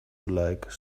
like